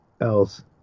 else